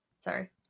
Sorry